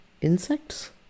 insects